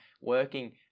working